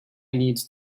need